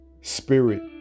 spirit